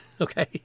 okay